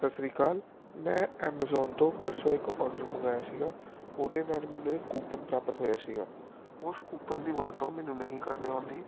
ਸਤਿ ਸ਼੍ਰੀ ਅਕਾਲ ਮੈਂ ਐਮਜੋਨ ਤੋਂ ਪਰਸੋਂ ਇੱਕ ਔਡਰ ਮੰਗਵਾਇਆ ਸੀਗਾ ਉਹਦੇ ਨਾਲ ਮੈਨੂੰ ਇਹ ਕੂਪਨ ਪ੍ਰਾਪਤ ਹੋਇਆ ਸੀਗਾ ਉਸ ਕੂਪਨ ਦੀ ਵਰਤੋਂ ਮੈਨੂੰ ਨਹੀਂ ਕਰਨੀ ਆਉਂਦੀ